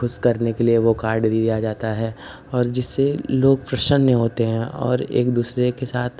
खुश करने के लिए वो कार्ड दिया जाता है और जिससे लोग प्रसन्न होते हैं और एक दूसरे के साथ